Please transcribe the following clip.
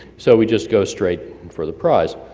so we just go straight for the prize.